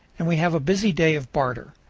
and we have a busy day of barter.